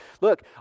Look